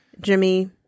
Jimmy